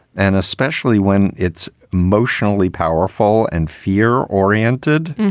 and especially when it's emotionally powerful and fear oriented.